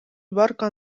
barca